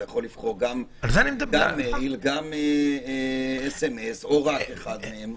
אתה יכול לבחור גם מייל, גם סמ"ס, או רק אחד מהם.